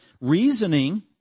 reasoning